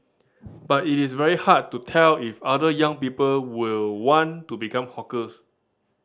but it's very hard to tell if other young people will want to become hawkers